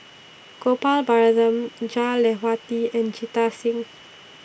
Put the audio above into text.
Gopal Baratham Jah and Jita Singh